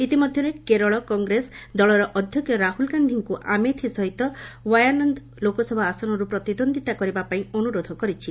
ଇତିମଧ୍ୟରେ କେରଳ କଂଗ୍ରେସ ଦଳର ଅଧ୍ୟକ୍ଷ ରାହୁଲ ଗାନ୍ଧୀଙ୍କୁ ଆମେଥି ସହିତ ୱାୟାନନ୍ଦ ଲୋକସଭା ଆସନରୁ ପ୍ରତିଦ୍ୱନ୍ଦିତା କରିବା ପାଇଁ ଅନୁରୋଧ କରିଛି